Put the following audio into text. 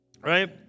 right